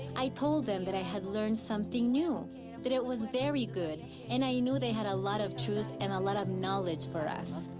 i told them that i had learned something new, that it was very good. and i knew they had a lot of truth and a lot of knowledge for us.